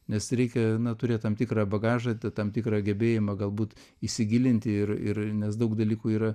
nes reikia na turėt tam tikrą bagažą tam tikrą gebėjimą galbūt įsigilinti ir ir nes daug dalykų yra